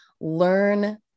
learn